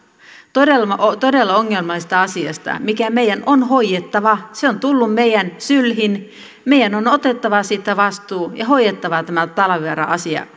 todella ongelmallisesta asiasta mikä meidän on hoidettava se on tullut meidän syliin meidän on on otettava siitä vastuu ja hoidettava tämä talvivaara asia